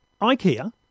IKEA